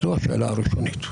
זאת השאלה הראשונה.